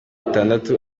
batandatu